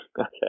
Okay